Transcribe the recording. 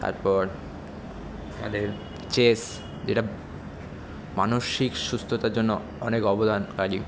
তারপর খেলে চেস যেটা মানসিক সুস্থতার জন্য অনেক অবদানকারী